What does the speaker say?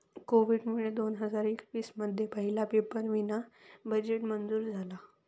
कोविडमुळे दोन हजार एकवीस मध्ये पहिला पेपरावीना बजेट मंजूर झाला